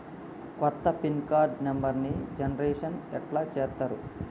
కొత్త PIN card నెంబర్ని generation ఎట్లా చేత్తరు?